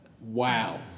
Wow